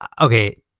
okay